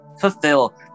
fulfill